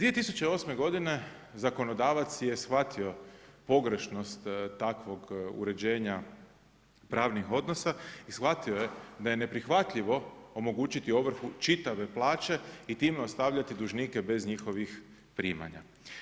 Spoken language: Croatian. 2008. godine zakonodavac je shvatio pogrešnost takvog uređenja pravnih odnosa i shvatio da je neprihvatljivo omogućiti ovrhu čitave plaće i time ostavljati dužnike bez njihovih primanja.